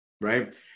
Right